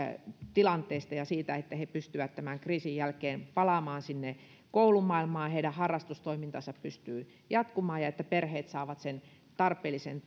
tilanteesta ja siitä että he pystyvät tämän kriisin jälkeen palaamaan sinne koulumaailmaan että heidän harrastustoimintansa pystyy jatkumaan ja että perheet saavat tarpeellisen